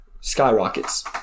skyrockets